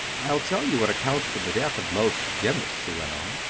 i'll tell you what accounts for the death of most gymnasts, he went on.